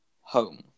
home